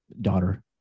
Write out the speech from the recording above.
daughter